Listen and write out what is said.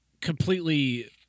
completely